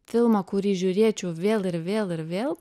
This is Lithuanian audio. filmą kurį žiūrėčiau vėl ir vėl ir vėl